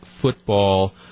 football